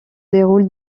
déroule